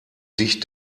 dich